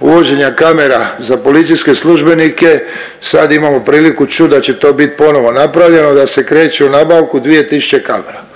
uvođenja kamera za policijske službenike sad imamo priliku čut da će to bit ponovo napravljeno, da se kreće u nabavku 2000 kamera.